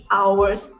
hours